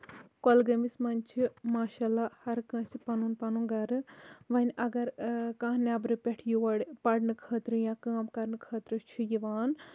کۄلگٲمِس منٛز چھُ ماشاللہ ہَر کٲنسہِ پَنُن پَنُن گرٕ وۄنۍ اَگر کانہہ نیٚبرٕ پٮ۪ٹھ یور پَرنہٕ خٲطرٕ یا کٲم کرنہٕ خٲطرٕ چھُ یِوان